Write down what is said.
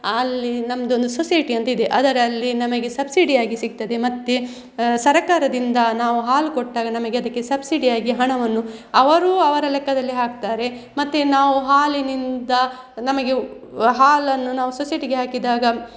ಆಲ್ಲಿ ನಮ್ಮದೊಂದು ಸೊಸೈಟಿ ಅಂತ ಇದೆ ಅದರಲ್ಲಿ ನಮಗೆ ಸಬ್ಸಿಡಿ ಆಗಿ ಸಿಗ್ತದೆ ಮತ್ತೆ ಸರಕಾರದಿಂದ ನಾವು ಹಾಲು ಕೊಟ್ಟಾಗ ನಮಗೆ ಅದಕ್ಕೆ ಸಬ್ಸಿಡಿಯಾಗಿ ಹಣವನ್ನು ಅವರು ಅವರ ಲೆಕ್ಕದಲ್ಲಿ ಹಾಕ್ತಾರೆ ಮತ್ತೆ ನಾವು ಹಾಲಿನಿಂದ ನಮಗೆ ಹಾಲನ್ನು ನಾವು ಸೊಸೈಟಿಗೆ ಹಾಕಿದಾಗ